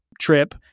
trip